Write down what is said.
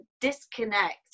disconnect